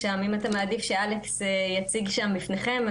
אם אתה מעדיף שאלכס יציג שם בפניכם,